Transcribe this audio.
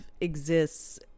exists